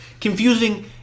Confusing